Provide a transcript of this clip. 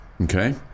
Okay